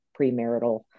premarital